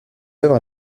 œuvres